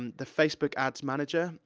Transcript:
um the facebook ads manager.